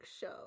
show